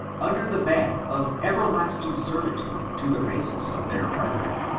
under the ban of everlasting servitude to the races of their brediren.